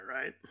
right